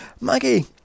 Maggie